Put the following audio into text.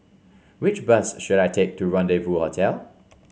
which bus should I take to Rendezvous Hotel